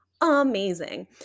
amazing